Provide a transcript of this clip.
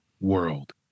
world